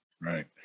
Right